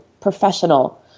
professional